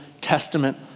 Testament